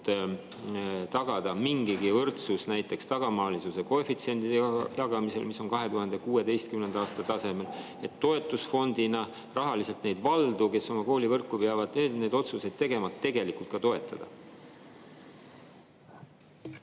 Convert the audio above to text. tagada mingigi võrdsus näiteks tagamaalisuse koefitsiendi jagamisel, mis on 2016. aasta tasemel, et toetusfondist neid valdu, kes oma koolivõrgu kohta peavad otsuseid tegema, ka tegelikult rahaliselt